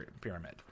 pyramid